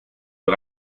für